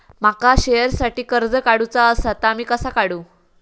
माका शेअरसाठी कर्ज काढूचा असा ता मी कसा काढू?